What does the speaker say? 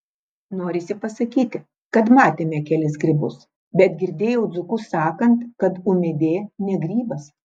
norisi pasakyti kad matėme kelis grybus bet girdėjau dzūkus sakant kad ūmėdė ne grybas